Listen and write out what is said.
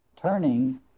turning